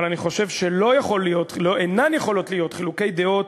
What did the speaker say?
אבל אני חושב שלא יכולים להיות חילוקי דעות,